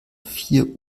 vier